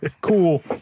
cool